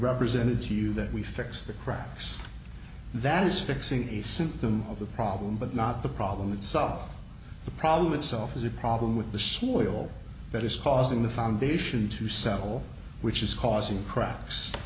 represented to you that we fix the crux that is fixing the symptom of the problem but not the problem itself the problem itself is a problem with the school that is causing the foundation to settle which is causing cracks